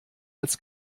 als